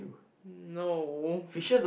no